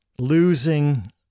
Losing